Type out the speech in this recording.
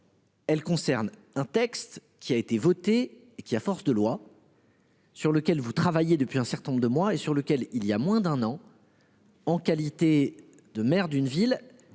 Elle concerne un texte qui a été votée, qui à force de loi. Sur lequel vous travaillez depuis un certain nombre de mois et sur lequel il y a moins d'un an. En qualité de maire d'une ville.